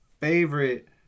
favorite